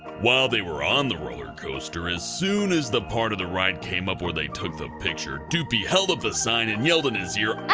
while they were on the roller coaster, as soon as the part of the ride came where they took the picture, doopie held up the sign and yelled in his ear,